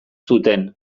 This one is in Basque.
zuten